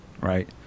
right